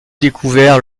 découvert